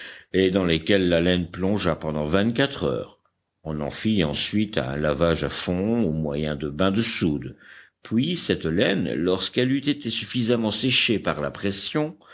et dans lesquelles la laine plongea pendant vingtquatre heures on en fit ensuite un lavage à fond au moyen de bains de soude puis cette laine lorsqu'elle eut été suffisamment séchée par la pression